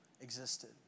existed